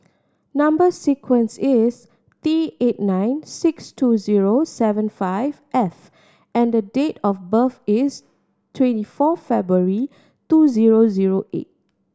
number sequence is T eight nine six two zero seven five F and date of birth is twenty four February two zero zero eight